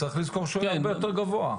הוא היה הרבה יותר גבוה.